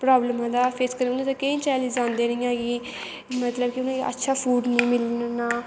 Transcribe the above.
प्राबलमां दा फेस करदे न ते केईं चैलेंज औंदे न इ'यां कि मतलब कि उ'नें गी अच्छा फूड निं मिलना